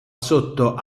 sotto